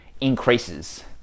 increases